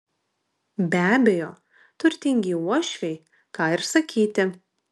be abejo turtingi uošviai ką ir sakyti